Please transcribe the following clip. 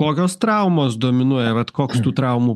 kokios traumos dominuoja vat koks tų traumų